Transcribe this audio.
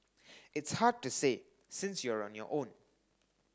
it's hard to say since you're on your own